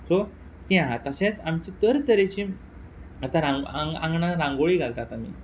so तें आहा तशेंच आमचे तरतरेचीं आतां रां आंग आंगणान रांगोळी घालतात आमी